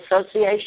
Association